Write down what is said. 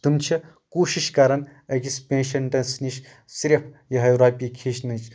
تِم چھِ کوٗشِش کران أکِس پیشنٛٹس نِش صرف یِہٕے رۄپیہِ کھیٖچنٕچ